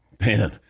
man